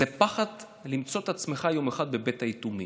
זה הפחד למצוא את עצמך יום אחד בבית היתומים.